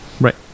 Right